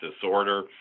disorder